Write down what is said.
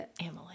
Emily